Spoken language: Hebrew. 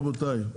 רבותיי.